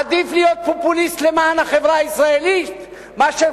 עדיף להיות פופוליסט למען החברה הישראלית מאשר